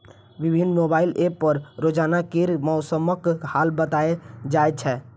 विभिन्न mobile app पर रोजाना केर मौसमक हाल बताएल जाए छै